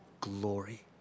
glory